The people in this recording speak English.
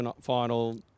Final